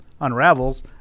unravels